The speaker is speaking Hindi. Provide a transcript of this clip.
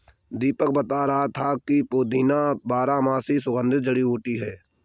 दीपक बता रहा था कि पुदीना बारहमासी सुगंधित जड़ी बूटी है